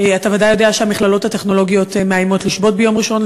שאתה בוודאי יודע שהמכללות הטכנולוגיות מאיימות לשבות ביום ראשון.